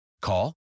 Call